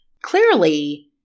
clearly